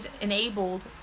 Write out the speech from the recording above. enabled